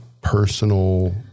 personal